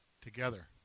together